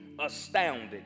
astounded